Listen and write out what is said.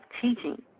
teaching